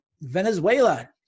Venezuela